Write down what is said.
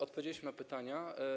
Odpowiedzieliśmy na pytania.